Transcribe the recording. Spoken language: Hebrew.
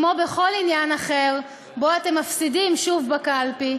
כמו בכל עניין אחר שבו אתם מפסידים שוב בקלפי,